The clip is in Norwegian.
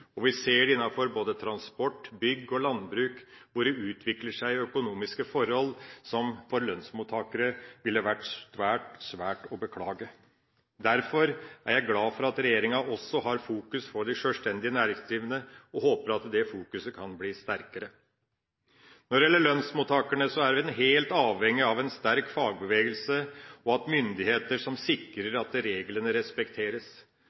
og vi ser innenfor både transport, bygg og landbruk at det utvikler seg økonomiske forhold som for lønnsmottakere ville vært svært, svært å beklage. Derfor er jeg glad for at regjeringa også har fokus på de sjølstendige næringsdrivende, og håper at det fokuset kan bli sterkere. Når det gjelder lønnsmottakerne, er en helt avhengige av en sterk fagbevegelse og av myndigheter som sikrer at reglene respekteres.